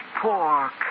pork